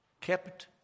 kept